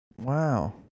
wow